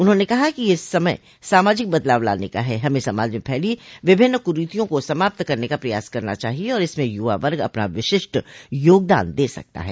उन्होंने कहा कि यह समय सामाजिक बदलाव लाने का है हमें समाज में फैली विभिन्न कुरीतियों को समाप्त करने का प्रयास करना चाहिए और इसमें युवा वर्ग अपना विशिष्ट योगदान दे सकता है